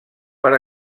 per